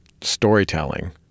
storytelling